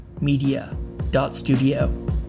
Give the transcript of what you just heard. media.studio